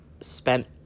spent